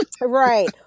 Right